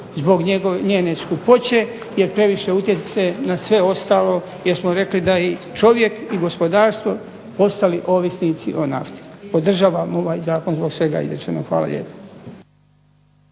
zbog njene skupoće jer previše utječe na sve ostalo, jer smo rekli da i čovjek i gospodarstvo su postali ovisnici o nafti. Podržavam ovaj zakon zbog svega izrečenog. Hvala lijepo.